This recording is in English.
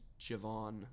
Javon